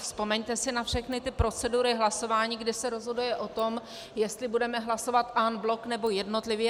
Vzpomeňte si na všechny ty procedury hlasování, kdy se rozhoduje o tom, jestli budeme hlasovat en bloc, nebo jednotlivě.